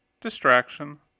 distraction